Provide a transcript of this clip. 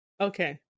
Okay